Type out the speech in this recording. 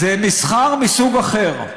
זה מסחר מסוג אחר.